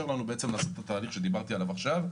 לנו לעשות את התהליך שדיברתי עליו עכשיו.